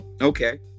Okay